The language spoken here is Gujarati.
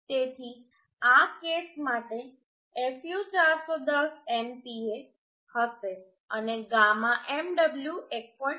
તેથી આ કેસ માટે fu 410 MPa હશે અને γ mw 1